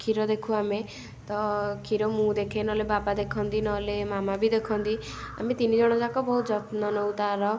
କ୍ଷୀର ଦେଖୁ ଆମେ ତ କ୍ଷୀର ମୁଁ ଦେଖେ ନହେଲେ ବାବା ଦେଖନ୍ତି ନହେଲେ ମାମା ବି ଦେଖନ୍ତି ଆମେ ତିନିଜଣ ଯାକ ବହୁ ଯତ୍ନ ନେଉ ତା'ର